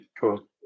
Cool